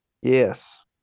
Yes